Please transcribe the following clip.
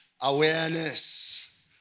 Awareness